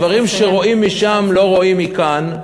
תגידו שדברים שרואים משם לא רואים מכאן,